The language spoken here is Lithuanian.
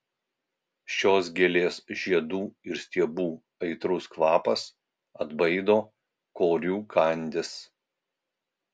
šios gėlės žiedų ir stiebų aitrus kvapas atbaido korių kandis